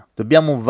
Dobbiamo